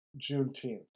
Juneteenth